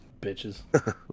Bitches